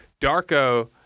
Darko